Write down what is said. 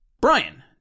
Brian